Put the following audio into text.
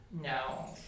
No